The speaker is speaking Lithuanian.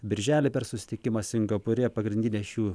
birželį per susitikimą singapūre pagrindine šių